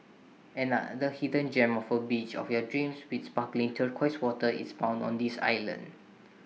another hidden gem of A beach of your dreams with sparkling turquoise waters is found on this island